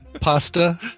pasta